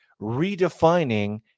redefining